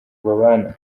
babana